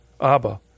Abba